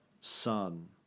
son